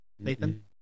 Nathan